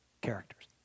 characters